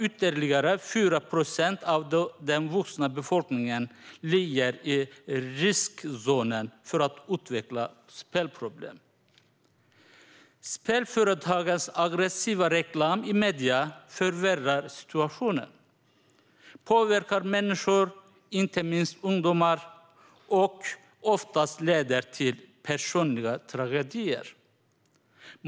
Ytterligare 4 procent av den vuxna befolkningen ligger i riskzonen för att utveckla spelproblem. Spelföretagens aggressiva reklam i medierna förvärrar situationen. Den påverkar människor, inte minst ungdomar, och leder oftast till personliga tragedier.